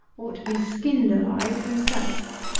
ought to be skinned alive himself.